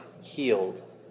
healed